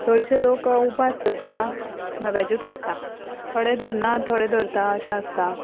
चडशे लोक उपास धरता व्हॅजूच आसता थोडे धरना थोडे धरता अशें आसता